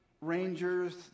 rangers